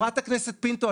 חברת הכנסת פינטו,